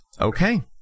Okay